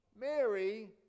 Mary